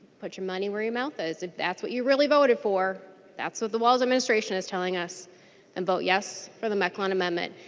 but your money where your mouth is. if that's what you really voted for that's what the walz's administration is telling us and vote yes for the mekeland to.